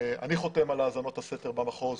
אני חותם על האזנות הסתר במחוז,